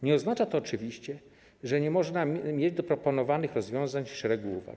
Nie oznacza to oczywiście, że nie można mieć do zaproponowanych rozwiązań szeregu uwag.